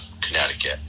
Connecticut